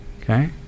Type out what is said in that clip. Okay